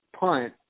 punt